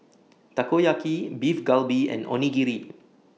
Takoyaki Beef Galbi and Onigiri